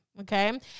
okay